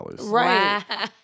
right